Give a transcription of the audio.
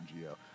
Geo